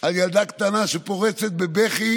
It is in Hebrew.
על ילדה קטנה שפורצת בבכי